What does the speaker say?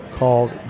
called